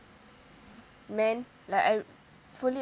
man like I fully